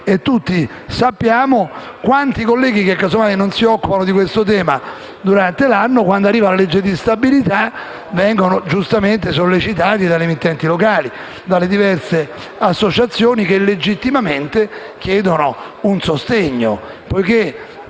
Quanti colleghi, infatti, che pur non si occupano di questo tema durante l'anno, quando arriva la legge di stabilità vengono giustamente sollecitati dalle emittenti locali e dalle diverse associazioni che, legittimamente, chiedono un sostegno.